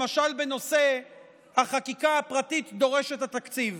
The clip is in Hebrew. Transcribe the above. למשל בנושא החקיקה הפרטית דורשת התקציב.